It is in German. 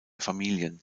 familien